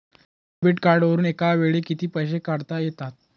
Debit कार्डवरुन एका वेळी किती पैसे काढता येतात?